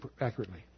accurately